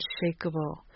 unshakable